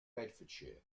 bedfordshire